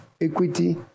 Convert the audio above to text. equity